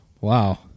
wow